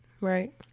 Right